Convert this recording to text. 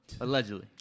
Allegedly